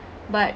but